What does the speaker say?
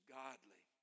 godly